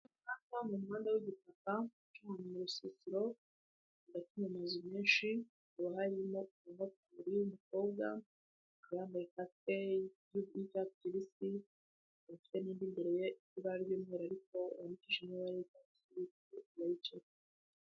umuhanda wubutaka mu rusitiro ndetse amazu menshi haba harimokuru yumukobwa bwambaye cap yukuta kisi ubutu imbere iba bimo ariko abigima bari ba mucaye